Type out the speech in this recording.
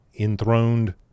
Enthroned